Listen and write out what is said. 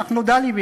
כך נודע לי,